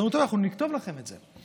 אז אומרים: נכתוב לכם את זה.